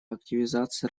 активизации